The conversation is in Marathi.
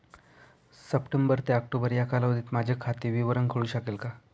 सप्टेंबर ते ऑक्टोबर या कालावधीतील माझे खाते विवरण कळू शकेल का?